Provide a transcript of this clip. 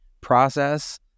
process